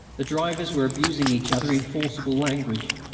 the drivers were abusing each other in forcible language.